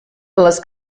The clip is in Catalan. les